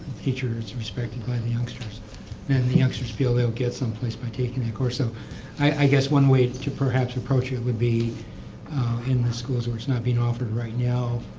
teacher's respected by the youngsters and the youngsters feel they will get someplace by taking the course. so i guess one way to perhaps a person would be in the schools where it's not being offered right now,